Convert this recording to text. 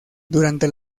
durante